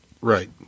right